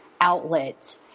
outlet